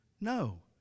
No